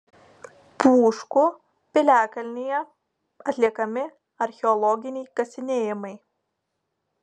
pūškų piliakalnyje atliekami archeologiniai kasinėjimai